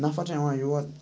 نَفر چھِ یِوان یور